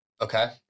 okay